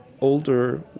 older